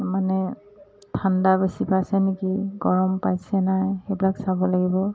মানে ঠাণ্ডা বেছি পাইছে নেকি গৰম পাইছে নাই সেইবিলাক চাব লাগিব